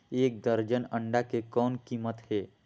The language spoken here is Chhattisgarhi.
एक दर्जन अंडा के कौन कीमत हे?